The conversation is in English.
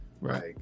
right